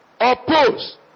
oppose